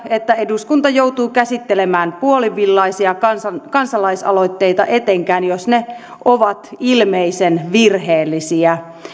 että eduskunta joutuu käsittelemään puolivillaisia kansalaisaloitteita etenkään jos ne ovat ilmeisen virheellisiä